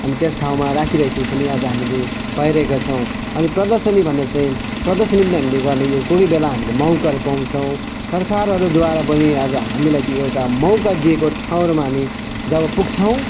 अनि त्यस ठाउँमा राखिरहेको पनि आज हामीले पाइरहेका छौँ अनि प्रदर्शनी भन्दा चाहिँ प्रदर्शनी पनि हामीले गर्ने यो कुनै बेला हामीले मौकाहरू पाउँछौँ सरकारहरूद्वारा पनि आज हामीले ती एउटा मौका दिएको ठाउँहरूमा हामी जब पुग्छौँ